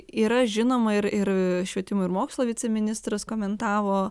yra žinoma ir ir švietimo ir mokslo viceministras komentavo